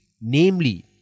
namely